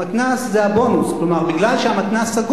גם המתנ"ס.